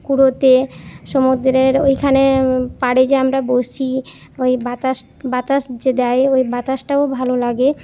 কুড়োতে সমুদ্রের ওইখানে পাড়ে যে আমরা বসি ওই বাতাস বাতাস যে দেয় ওই বাতাসটাও ভালো লাগে